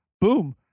Boom